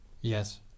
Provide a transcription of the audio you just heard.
Yes